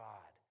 God